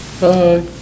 Bye